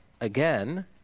again